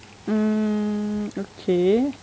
mm okay